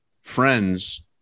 friends